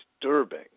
disturbing